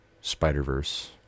Spider-Verse